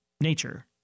nature